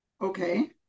Okay